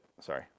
Sorry